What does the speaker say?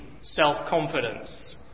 self-confidence